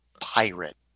pirate